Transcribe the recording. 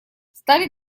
стали